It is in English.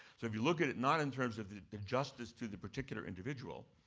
so if you look at it not in terms of the injustice to the particular individual,